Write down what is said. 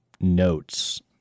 notes